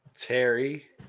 Terry